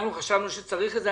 אנחנו חשבנו שצריך את זה.